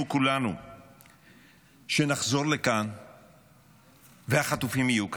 כולנו שנחזור לכאן והחטופים יהיו כאן.